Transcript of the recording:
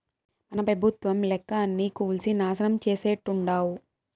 మన పెబుత్వం లెక్క అన్నీ కూల్సి నాశనం చేసేట్టుండావ్